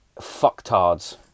fucktards